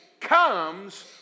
comes